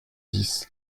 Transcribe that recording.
dix